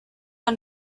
are